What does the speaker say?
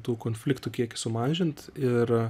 tų konfliktų kiekį sumažint ir